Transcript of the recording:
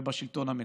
ובשלטון המקומי.